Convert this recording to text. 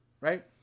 Right